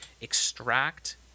extract